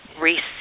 receive